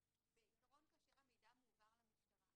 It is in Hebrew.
בעיקרון, כאשר המידע מועבר למשטרה,